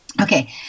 Okay